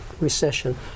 recession